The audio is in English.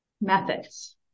methods